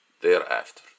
thereafter